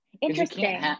interesting